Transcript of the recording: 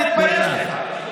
תתבייש לך.